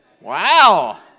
Wow